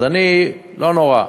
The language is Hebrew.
אז אני, לא נורא,